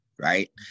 right